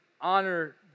honor